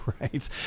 Right